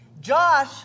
Josh